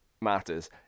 matters